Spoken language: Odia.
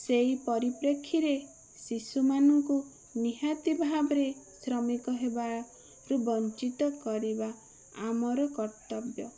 ସେହି ପରିପ୍ରେକ୍ଷୀରେ ଶିଶୁମାନଙ୍କୁ ନିହାତି ଭାବରେ ଶ୍ରମିକ ହେବାରୁ ବଞ୍ଚିତ କରିବା ଆମର କର୍ତ୍ତବ୍ୟ